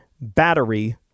battery